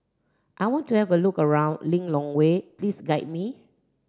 I want to have a look around Lilongwe please guide me